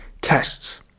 tests